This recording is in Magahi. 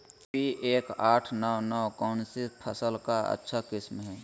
पी एक आठ नौ नौ कौन सी फसल का अच्छा किस्म हैं?